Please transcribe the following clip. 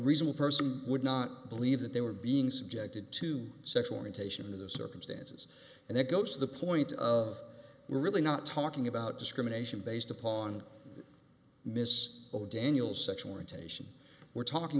reasonable person would not believe that they were being subjected to sexual orientation in those circumstances and that goes to the point of we're really not talking about discrimination based upon miss oh daniel sexual orientation we're talking